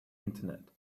internet